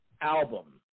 Album